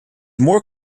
more